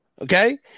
Okay